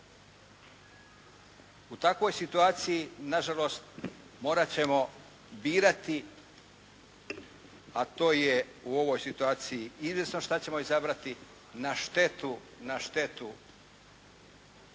U takvoj situaciji na žalost morat ćemo birati a to je u ovoj situaciji izvjesno što ćemo izabrati na štetu izgradnje